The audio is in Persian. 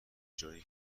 جایی